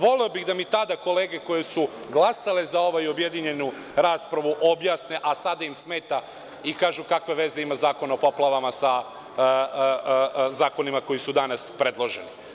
Voleo bih da mi kolege koje su tada glasale za objedinjenu raspravu objasne, a sada im smeta i kažu kakve veze ima Zakon o poplavama sa zakonima koji su danas predloženi.